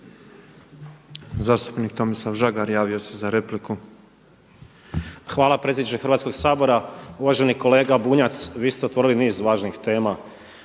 **Žagar, Tomislav (Nezavisni)** Hvala predsjedniče Hrvatskoga sabora. Uvaženi kolega Bunjac, vi ste otvorili niz važnih tema.